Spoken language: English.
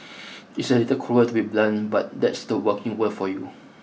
it's a little cruel to be blunt but that's the working world for you